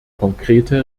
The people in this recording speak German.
konkrete